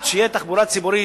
עד שתהיה תחבורה ציבורית,